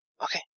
Okay